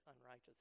unrighteous